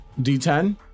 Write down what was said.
d10